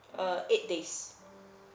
uh eight days